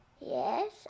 Yes